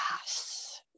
Yes